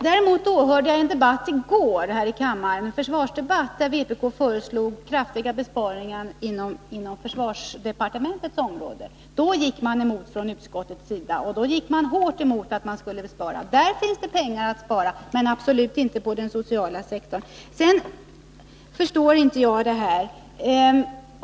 Däremot åhörde jag i går en debatt där vpk föreslog kraftiga besparingar inom försvarsdepartementets område. Då gick utskottet hårt emot att det skulle sparas. Där finns det pengar att spara, men absolut inte på den sociala sektorn.